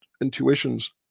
intuitions